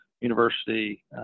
University